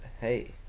hey